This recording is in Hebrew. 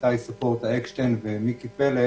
איתי ספורטא-אקשטיין ומיקי פלד